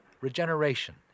Regeneration